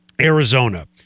Arizona